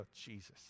Jesus